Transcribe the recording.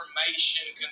information